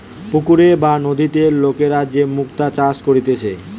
পুকুরে বা নদীতে লোকরা যে মুক্তা চাষ করতিছে